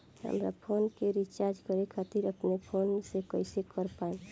हमार फोन के रीचार्ज करे खातिर अपने फोन से कैसे कर पाएम?